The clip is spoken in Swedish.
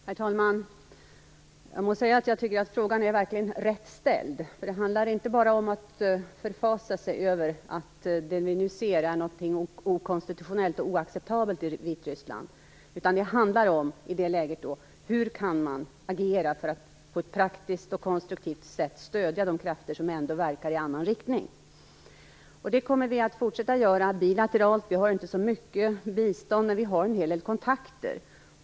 Herr talman! Jag måste säga att jag verkligen tycker att frågan är rätt ställd. Det handlar nämligen inte bara om att förfasa sig över att vad vi nu ser i Vitryssland är någonting okonstitutionellt och oacceptabelt. I det här läget handlar det i stället om att fråga sig hur man kan agera för att på ett praktiskt och konstruktivt sätt stödja de krafter som ändå verkar i en annan riktning. Sverige kommer att fortsätta att göra detta bilateralt. Biståndet är inte så stort, men Sverige har en hel del kontakter.